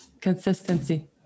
consistency